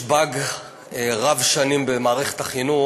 יש באג רב-שנים במערכת החינוך: